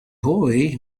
boy